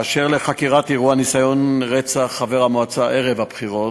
באשר לחקירת אירוע ניסיון רצח חבר המועצה ערב הבחירות,